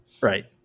right